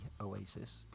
Oasis